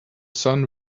son